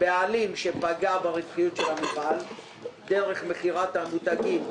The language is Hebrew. בעלים שפגע ברווחיות של המפעל דרך מכירת המותגים,